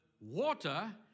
water